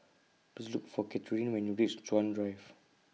Please Look For Cathrine when YOU REACH Chuan Drive